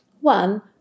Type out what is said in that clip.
one